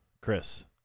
Chris